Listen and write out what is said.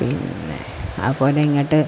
പിന്നെ അത് പോലെ ഇങ്ങോട്ട്